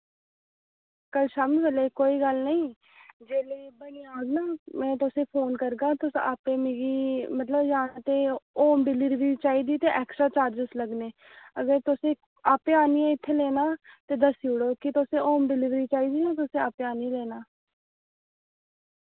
कल शाम्मी बेल्लै कोई गल्ल नेईं जेल्लै बी बनी जाग ना मैं तुसें फोन करगा तुस आप्पें मिगी मतलब जां ते होम डिलीवरी चाहिदी ते ऐक्स्ट्रा चार्जेस लग्गने अगर तुसें आप्पे आह्नियै इत्थै लेना ते दस्सी ओड़ो कि तुसें होम डिलीवरी चाहिदी जां तुसें आप्पे आह्नियै लेना